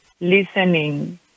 listening